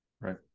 Right